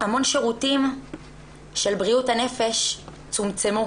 המון שירותים של בריאות הנפש צומצמו.